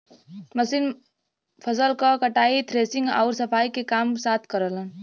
machine फसल क कटाई, थ्रेशिंग आउर सफाई के काम साथ साथ करलन